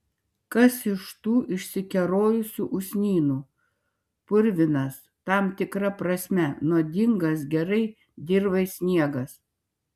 kas iš tų išsikerojusių usnynų purvinas tam tikra prasme nuodingas gerai dirvai sniegas